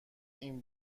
این